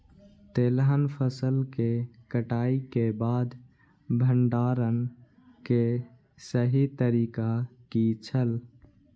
तेलहन फसल के कटाई के बाद भंडारण के सही तरीका की छल?